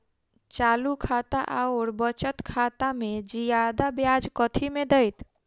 चालू खाता आओर बचत खातामे जियादा ब्याज कथी मे दैत?